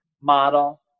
model